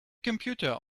computer